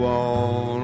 on